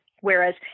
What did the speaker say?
Whereas